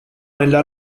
nella